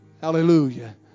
Hallelujah